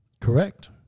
Correct